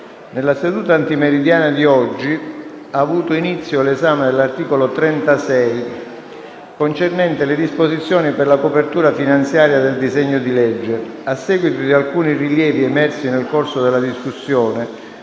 nella seduta antimeridiana ha avuto inizio l'esamedell'articolo 36 concernente le disposizioni per la copertura finanziaria del disegno di legge. A seguito di alcuni rilievi emersi nel corso della discussione